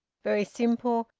very simple,